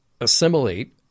assimilate